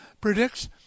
predicts